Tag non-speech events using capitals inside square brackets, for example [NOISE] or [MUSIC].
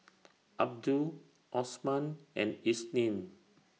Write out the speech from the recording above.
[NOISE] Abdul Osman and Isnin